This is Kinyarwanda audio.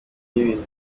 n’ibintu